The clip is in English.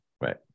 right